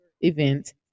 event